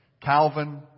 Calvin